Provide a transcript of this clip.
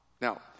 Now